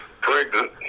pregnant